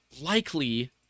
likely